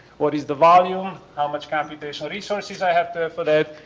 what is the volume, how much computational resources i have to for that,